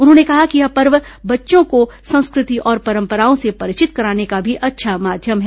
उन्होंने कहा कि यह पर्व बच्चों को संस्कृति और परंपराओं से परिचित कराने का भी अच्छा माध्यम है